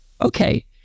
okay